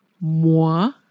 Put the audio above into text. moi